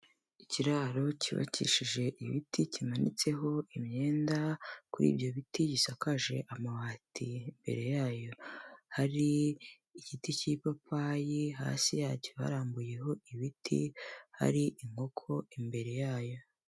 Ikiraro cyubakishije ibiti kimanitseho imyenda kuri ibyo biti gisakaje amabati, imbere yayo hari igiti cy'ipapayi, hasi yacyo barambuyeho ibiti, hari inkoko imbere yayo.